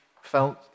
felt